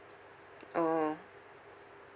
orh